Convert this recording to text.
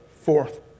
fourth